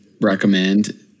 recommend